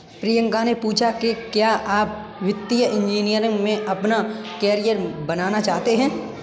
प्रियंका ने पूछा कि क्या आप वित्तीय इंजीनियरिंग में अपना कैरियर बनाना चाहते हैं?